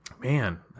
man